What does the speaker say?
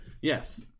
Yes